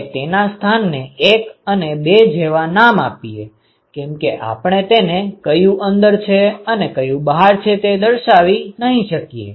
હવે તેના સ્થાનને ૧ અને ૨ જેવા નામ આપીએ કેમ કે હવે આપણે તેને કયું અંદર છે અને કયું બહાર છે તે દર્શાવી નહિ શકીએ